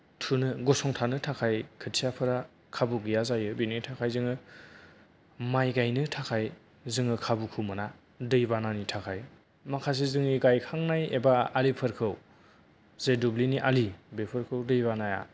थुनो गसंथानो थाखाय खोथियाफोरा खाबु गैया जायो बिनि थाखाय जोङो माइ गायनो थाखाय जोङो खाबुखौ मोना दै बानानि थाखाय माखासे जोंनि गायखांनाय एबा आलिफोरखौ जे दुब्लिनि आलि बेफोरखौ दैबानाया